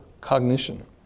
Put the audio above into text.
cognition